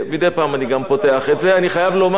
אני חייב לומר שהסודוקו שלהם מוצלח.